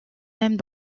mêmes